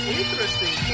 interesting